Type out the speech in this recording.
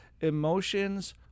emotions